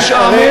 סליחה, אדוני.